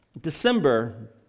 December